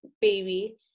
baby